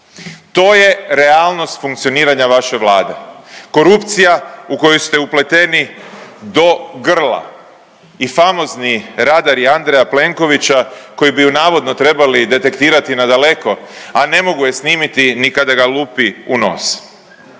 To je realnost funkcioniranja vaše Vlade, korupcija u koju ste upleteni do grla i famozni radari Andreja Plenkovića koji bi ju navodno trebali detektirati na daleko, a ne mogu je snimiti ni kada ga lupi u nos.